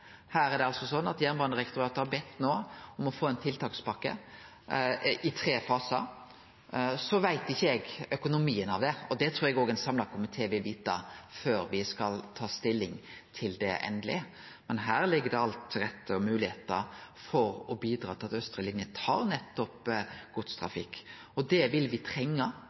Jernbanedirektoratet har bedt om å få ein tiltakspakke i tre fasar. Eg veit ikkje kva økonomien i dette er. Det trur eg at òg ein samla komité vil vete før ein skal ta endeleg stilling til det. Men alt ligg til rette for at det er mogleg å bidra til at austre linje skal ta godstrafikk. Det vil